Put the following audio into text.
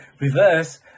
reverse